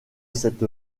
cette